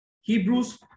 Hebrews